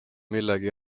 millegi